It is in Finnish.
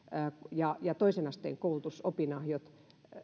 ja ja toisen asteen opinahjot